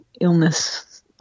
illness